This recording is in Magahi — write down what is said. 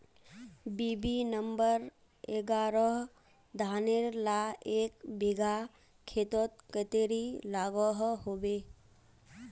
बी.बी नंबर एगारोह धानेर ला एक बिगहा खेतोत कतेरी लागोहो होबे?